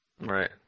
Right